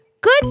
Good